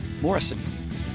Morrison